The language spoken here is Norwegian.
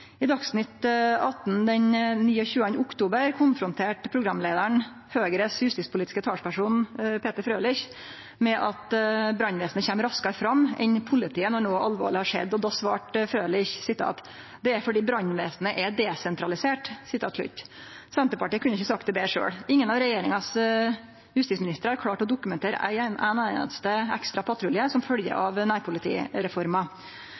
I Dagsnytt 18 den 29. oktober konfronterte programleiaren Høgre sin justispolitiske talsperson Peter Frølich med at brannvesenet kjem raskare fram enn politiet når noko alvorleg har skjedd. Då svarte Frølich: Det er fordi brannvesenet er desentralisert. Senterpartiet kunne ikkje sagt det betre sjølv. Ingen av justisministrane frå regjeringa har klart å dokumentere ein einaste ekstra patrulje som